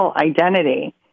identity